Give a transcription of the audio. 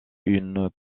une